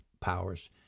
powers